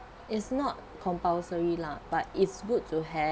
it's not compulsory lah but it's good to have